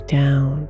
down